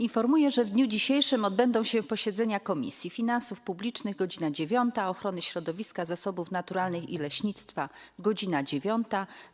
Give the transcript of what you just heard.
Informuję, że w dniu dzisiejszym odbędą się posiedzenia Komisji: - Finansów Publicznych - godz. 9, - Ochrony Środowiska, Zasobów Naturalnych i Leśnictwa - godz. 9,